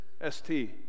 S-T